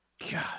God